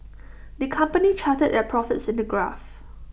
the company charted their profits in A graph